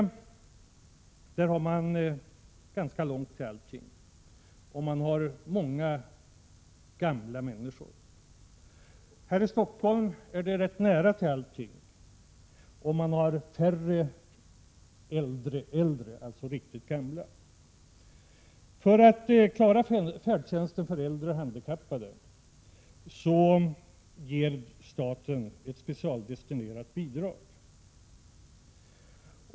I Dorotea har man ganska långt till allting och där finns många gamla människor. Här i Stockholm är det rätt nära till allting och man har färre låt mig säga äldre-äldre, alltså riktigt gamla. För att klara färdtjänsten för äldre handikappade ger staten ett specialdestinerat bidrag.